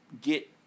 get